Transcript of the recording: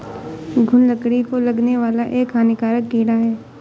घून लकड़ी को लगने वाला एक हानिकारक कीड़ा है